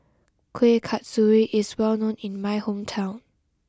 Kuih Kasturi is well known in my hometown